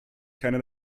keine